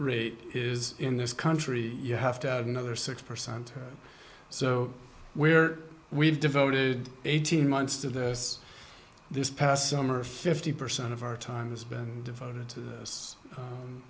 rate is in this country you have to add another six percent so where we've devoted eighteen months to this this past summer fifty percent of our time has been devoted to